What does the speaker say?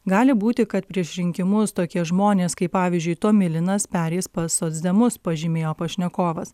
gali būti kad prieš rinkimus tokie žmonės kaip pavyzdžiui tomilinas pereis pas socdemus pažymėjo pašnekovas